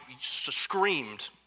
screamed